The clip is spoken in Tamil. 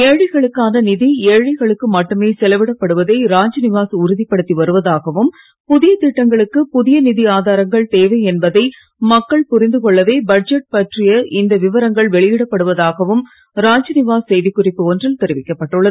ஏழைகளுக்கான நிதி ஏழைகளுக்கு மட்டுமே செலவிடப்படுவதை ராஜ்நிவாஸ் உறுதிப்படுத்தி வருவதாகவும் புதிய திட்டங்களுக்கு புதிய நிதி ஆதாரங்கள் தேவை என்பதை மக்கள் கொள்ளவே பட்ஜெட் பற்றிய இந்த விவரங்கள் புரிந்து வெளியிடப்படுவதாகவும் ராஜ்நிவாஸ் செய்திக்குறிப்பு ஒன்றில் தெரிவிக்கப்பட்டுள்ளது